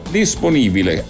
disponibile